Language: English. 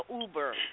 Uber